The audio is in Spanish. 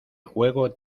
juego